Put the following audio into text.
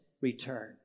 return